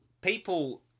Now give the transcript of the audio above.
people